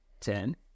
Ten